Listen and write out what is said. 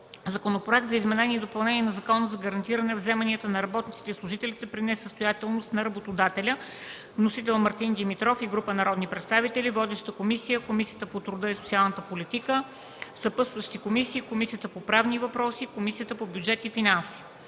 Законопроект за изменение и допълнение на Закона за гарантираните вземания на работниците и служителите при несъстоятелност на работодателя. Вносител – Мартин Димитров и група народни представители. Водеща е Комисията по труда и социалната политика. Съпътстващи са Комисията по правни въпроси и Комисията по бюджет и финанси.